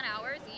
hours